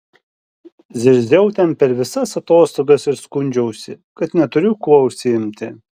zirziau ten per visas atostogas ir skundžiausi kad neturiu kuo užsiimti